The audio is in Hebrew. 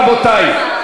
רבותי,